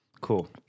Cool